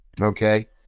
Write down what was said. Okay